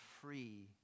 free